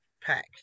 pack